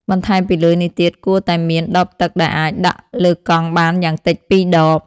បន្ថែមពីលើនេះទៀត គួរតែមានដបទឹកដែលអាចដាក់លើកង់បានយ៉ាងតិច ២ ដប។